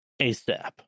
ASAP